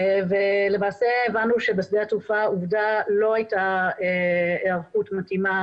למעשה הבנו שבשדה התעופה עובדה לא הייתה היערכות מתאימה